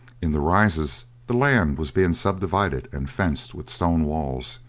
in the rises the land was being subdivided and fenced with stone walls,